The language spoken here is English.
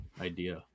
idea